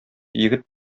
егет